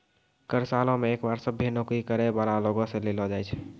कर सालो मे एक बार सभ्भे नौकरी करै बाला लोगो से लेलो जाय छै